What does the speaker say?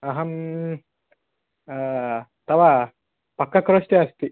अहं तव पक्काक्रोष्टे अस्मि